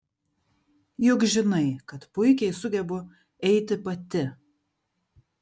juk žinai kad puikiai sugebu eiti pati